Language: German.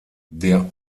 der